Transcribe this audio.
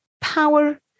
power